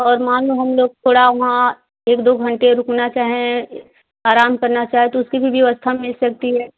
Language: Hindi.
और मान लो हम लोग थोड़ा वहाँ एक दो घंटे रुकना चाहें आराम करना चाहें तो उसकी भी व्यवस्था मिल सकती है